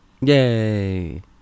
Yay